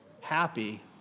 happy